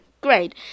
great